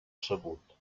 sabut